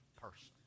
person